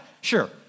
sure